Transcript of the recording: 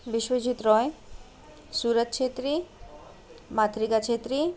Vishwajeet Rai Suraj Chhetri Matrika Chhetri